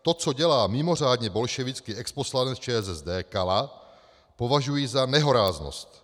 To, co dělá mimořádně bolševický exposlanec ČSSD Kala, považuji za nehoráznost.